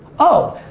oh,